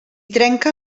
trenca